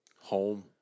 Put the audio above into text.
home